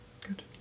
Good